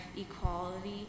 equality